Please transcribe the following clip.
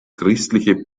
christliche